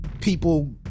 people